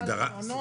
החוק חל על מעונות.